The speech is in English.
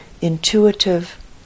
intuitive